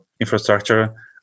infrastructure